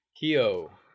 Kyo